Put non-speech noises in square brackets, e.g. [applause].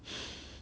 [laughs]